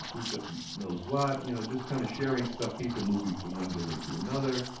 who knows what? you know, just kind of sharing stuff, people moving from one building to another,